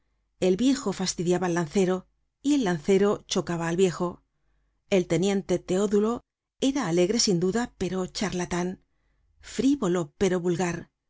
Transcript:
el viejo fastidiaba al lancero y el lancero chocaba al viejo el teniente teodulo era alegre sin duda pero charlatan frívolo pero vulgar